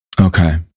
Okay